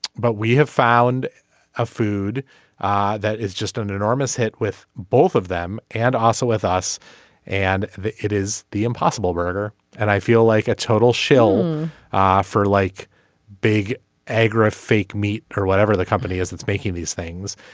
but we have found a food ah that is just an enormous hit with both of them and also with us and it is the impossible burger and i feel like a total shell um ah for like big agro fake meat or whatever the company is it's making these things.